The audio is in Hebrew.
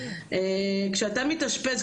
כשאתה מתאשפז,